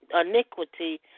iniquity